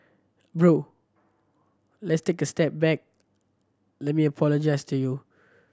bro let's take a step back let me apologise to you